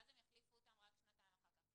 ואז הם יחליפו אותן רק שנתיים אחר כך.